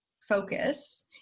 focus